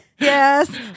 yes